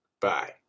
Bye